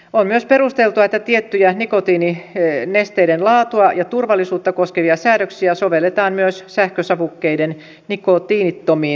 on myös perusteltua että tiettyjä nikotiininesteiden laatua ja turvallisuutta koskevia säädöksiä sovelletaan myös sähkösavukkeiden nikotiinittomiin nesteisiin